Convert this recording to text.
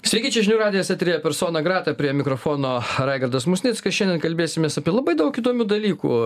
sveiki čia žinių radijas eteryje persona grata prie mikrofono raigardas musnickas šiandien kalbėsimės apie labai daug įdomių dalykų